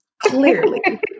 clearly